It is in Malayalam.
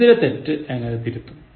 ഇതിലെ തെറ്റു എങ്ങനെ തിരുത്തും